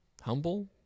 humble